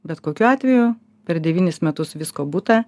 bet kokiu atveju per devynis metus visko būta